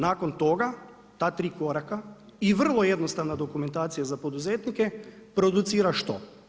Nakon toga, ta 3 koraka i vrlo jednostavna dokumentacija za poduzetnike, producira što?